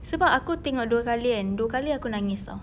sebab aku tengok dua kali kan dua kali aku nangis [tau]